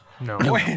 No